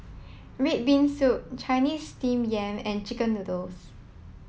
Red Bean Soup Chinese Steamed Yam and Chicken Noodles